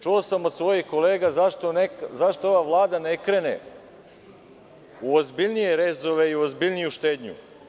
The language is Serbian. Čuo sam od svojih kolega zašto ova Vlada ne krene u ozbiljnije rezove i u ozbiljniju štednju.